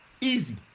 easy